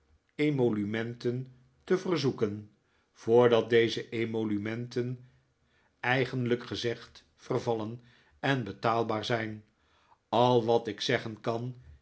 emolumenten te verzoeken voordat deze emolu menten eigenlijk gezegd vervallen en betaalbaar zijn al wat ik zeggen kan